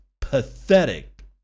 pathetic